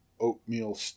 oatmeal